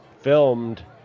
filmed